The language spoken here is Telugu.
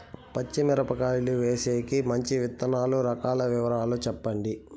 పచ్చి మిరపకాయలు వేసేకి మంచి విత్తనాలు రకాల వివరాలు చెప్పండి?